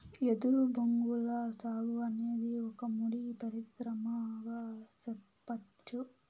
ఎదురు బొంగుల సాగు అనేది ఒక ముడి పరిశ్రమగా సెప్పచ్చు